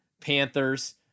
panthers